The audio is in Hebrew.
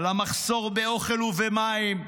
על המחסור באוכל ובמים,